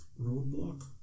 Roadblock